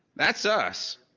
that's us.